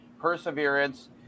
perseverance